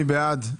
מי בעד?